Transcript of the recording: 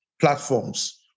platforms